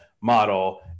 model